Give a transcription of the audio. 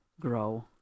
grow